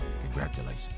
congratulations